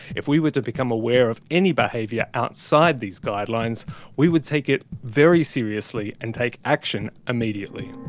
if we were to become aware of any behaviour outside these guidelines we would take it very seriously and take action immediately.